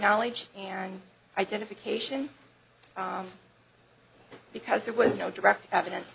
knowledge and identification because there was no direct evidence